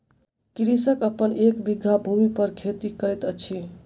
कृषक अपन एक बीघा भूमि पर खेती करैत अछि